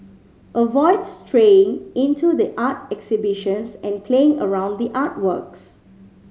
avoid straying into the art exhibitions and playing around the artworks